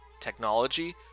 technology